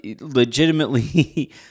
Legitimately